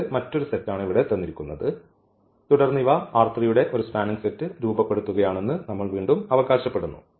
ഇത് മറ്റൊരു സെറ്റാണ് തുടർന്ന് ഇവ ഈ യുടെ ഒരു സ്പാനിങ് സെറ്റ് രൂപപ്പെടുത്തുകയാണെന്ന് നമ്മൾവീണ്ടും അവകാശപ്പെടുന്നു